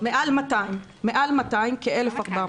מעל 200. כ-1,400.